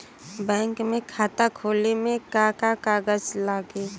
Bank में खाता खोले मे का का कागज लागी?